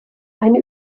eine